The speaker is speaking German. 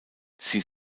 sie